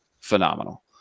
phenomenal